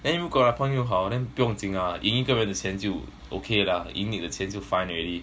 then 如果他朋友好 then 不用紧 ah 赢一个人的钱就 okay 了 yeah 赢你的钱就 fine already